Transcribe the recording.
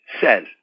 says